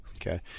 Okay